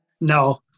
No